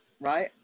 right